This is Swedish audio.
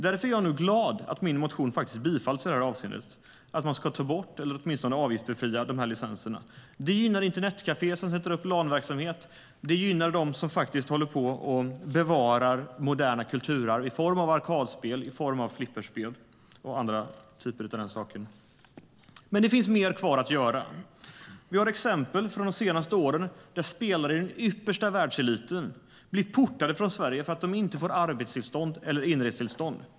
Därför är jag glad över att min motion bifalls i det avseendet att man ska ta bort eller åtminstone avgiftsbefria licenserna. Det gynnar internetkaféer som sätter upp LAN-verksamhet, och det gynnar dem som bevarar moderna kulturarv i form av flipperspel och andra arkadspel. Det finns dock mer kvar att göra. Det finns exempel på att spelare i den absoluta världseliten har blivit portade från Sverige under de senaste åren för att de inte får arbetstillstånd eller inresetillstånd.